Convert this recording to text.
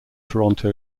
toronto